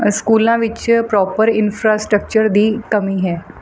ਸਕੂਲਾਂ ਵਿੱਚ proper infrastructure ਦੀ ਕਮੀ ਹੈ